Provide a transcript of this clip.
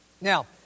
Now